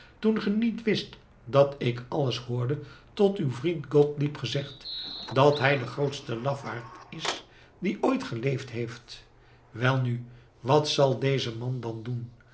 toen ge niet wist dat ik alles hoorde tot uw vriend gottlieb gezegd dat hij de grootste lafaard is die ooit geleefd heeft welnu wat zal deze man dan doen